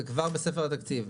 זה כבר בספר התקציב,